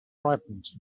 ripened